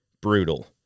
brutal